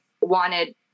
wanted